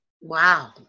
Wow